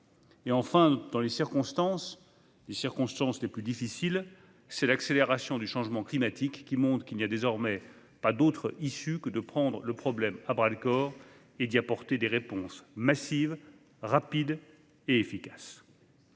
Parmi ces circonstances, il en est une des plus difficiles : l'accélération du changement climatique, qui montre qu'il n'y a désormais pas d'autre issue que de prendre le problème à bras-le-corps et d'y apporter des réponses massives, rapides et efficaces.